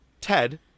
Ted